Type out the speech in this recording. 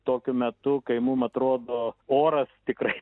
tokiu metu kai mum atrodo oras tikrai